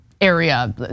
area